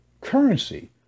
currency